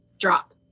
drop